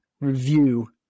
review